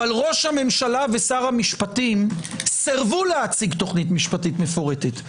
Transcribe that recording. אבל ראש הממשלה ושר המשפטים סירבו להציג תוכנית משפטית מפורטת,